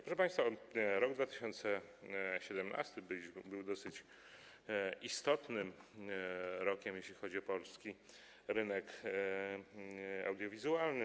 Proszę państwa, rok 2017 był dosyć istotnym rokiem, jeśli chodzi o polski rynek audiowizualny.